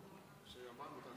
18